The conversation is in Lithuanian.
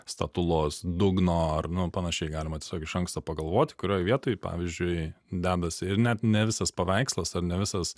statulos dugno ar nu panašiai galima tiesiog iš anksto pagalvoti kurioj vietoj pavyzdžiui dedasi ir net ne visas paveikslas ar ne visas